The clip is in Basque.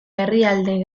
herrialde